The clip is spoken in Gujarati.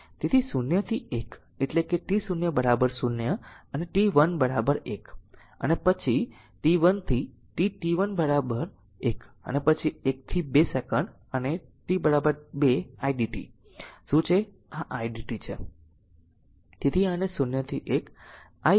તેથી 0 થી 1 એટલે કે t0 0 અને t 1 1 અને પછી આ એક પછી t 1 થી t t 1 1 પછી 1 થી 2 સેકન્ડ અને t 2 idt શું છે આ idt છે